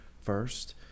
first